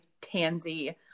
tansy